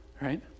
right